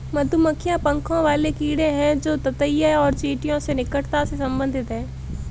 मधुमक्खियां पंखों वाले कीड़े हैं जो ततैया और चींटियों से निकटता से संबंधित हैं